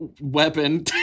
weapon